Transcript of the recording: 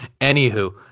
anywho